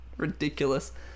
ridiculous